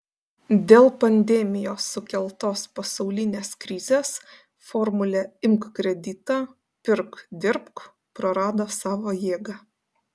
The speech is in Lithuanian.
dėl pandemijos sukeltos pasaulinės krizės formulė imk kreditą pirk dirbk prarado savo jėgą